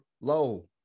low